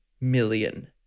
million